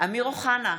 אמיר אוחנה,